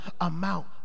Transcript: amount